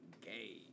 gay